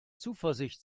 zuversicht